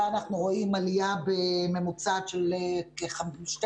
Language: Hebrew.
אנחנו רואים עלייה ממוצעת של כ-12%,